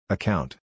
Account